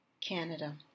Canada